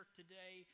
today